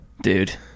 Dude